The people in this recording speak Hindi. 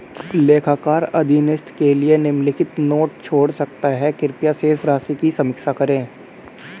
लेखाकार अधीनस्थ के लिए निम्नलिखित नोट छोड़ सकता है कृपया शेष राशि की समीक्षा करें